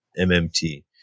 MMT